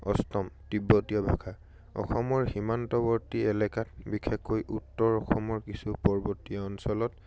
অষ্টম তীব্বতীয় ভাষা অসমৰ সীমান্তৱৰ্তী এলেকাত বিশেষকৈ উত্তৰ অসমৰ কিছু পৰ্বতীয় অঞ্চলত